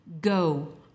Go